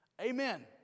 Amen